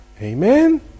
Amen